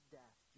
death